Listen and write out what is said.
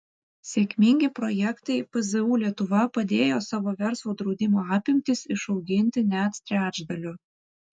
sėkmingi projektai pzu lietuva padėjo savo verslo draudimo apimtis išauginti net trečdaliu